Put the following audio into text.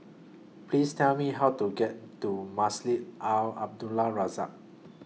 Please Tell Me How to get to Masjid Al Abdul Razak